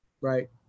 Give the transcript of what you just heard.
Right